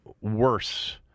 worse